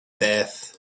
death